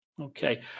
Okay